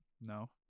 No